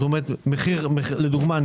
לדוגמה,